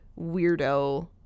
weirdo